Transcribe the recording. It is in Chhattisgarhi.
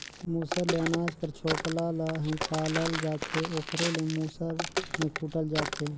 मूसर ले अनाज कर छोकला ल हिंकालल जाथे ओकरे ले मूसर में कूटल जाथे